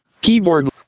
Keyboard